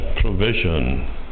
provision